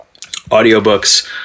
Audiobooks